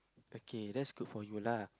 okay that's good for you lah